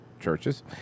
churches